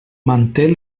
manté